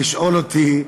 ולשאול אותי,